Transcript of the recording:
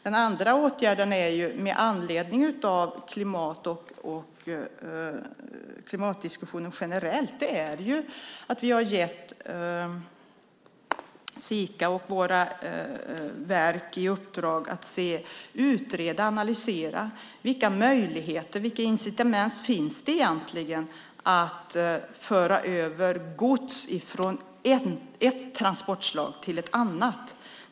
En annan åtgärd med anledning av klimatdiskussionen generellt är att vi har gett Sika och våra verk i uppdrag att utreda och analysera vilka möjligheter och vilka incitament som egentligen finns när det gäller att föra över gods från ett transportslag till ett annat.